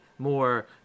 more